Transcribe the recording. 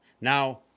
Now